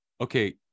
okay